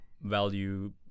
value